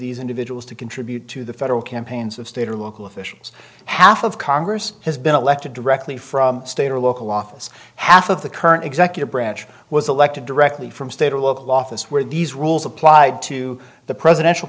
these individuals to contribute to the federal campaigns of state or local officials half of congress has been elected directly from state or local office half of the current executive branch was elected directly from state or local office where these rules applied to the presidential